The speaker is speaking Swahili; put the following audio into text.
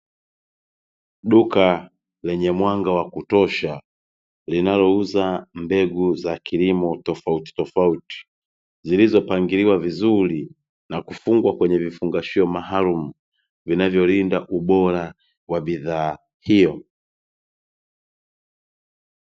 Duka lenye mwanga wa kutosha linalouza mbegu za kilimo tofautitofauti, zilizopangiliwa vizuri na kufungwa kwenye vifungashio maalumu, vinavyolinda ubora wa bidhaa hiyo.